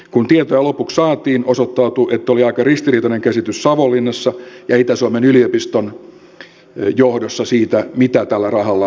kun tietoja lopuksi saatiin osoittautui että oli aika ristiriitainen käsitys savonlinnassa ja itä suomen yliopiston johdossa siitä mitä tällä rahalla on tehty